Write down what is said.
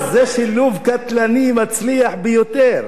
זה שילוב קטלני מצליח ביותר,